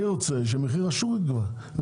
אני רוצה שמחיר השוק יקבע.